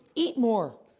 eat more,